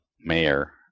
mayor